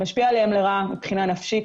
משפיע עליהם לרעה מבחינה נפשית,